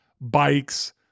bikes